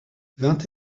vingt